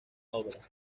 obra